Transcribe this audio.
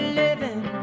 living